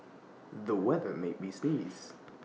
the weather made me sneeze